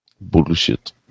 bullshit